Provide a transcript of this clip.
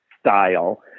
Style